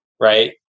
right